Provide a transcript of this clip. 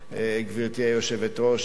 גברתי היושבת-ראש,